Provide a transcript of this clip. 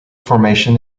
formation